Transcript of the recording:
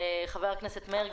חבר הכנסת יעקב מרגי,